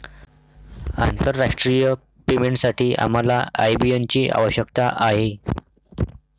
आंतरराष्ट्रीय पेमेंटसाठी आम्हाला आय.बी.एन ची आवश्यकता आहे